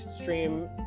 stream